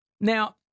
Now